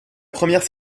première